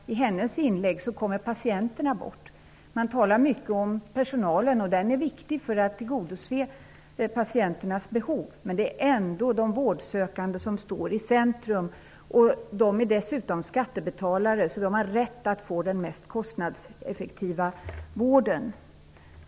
I hennes inlägg kommer patienterna bort. Hon talar mycket om personalen, och den är viktig för att tillgodose patienternas behov. Men det är ändå de vårdsökande som skall stå i centrum. De är dessutom skattebetalare och har rätt att få den mest kostnadseffektiva vården.